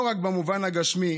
לא רק במובן הגשמי,